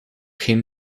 geen